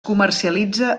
comercialitza